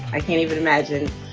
i can't even imagine.